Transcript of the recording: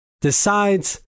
decides